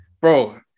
bro